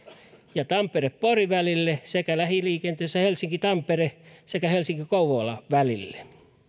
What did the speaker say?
ja tampere pori välille sekä lähiliikenteessä helsinki tampere ja helsinki kouvola välille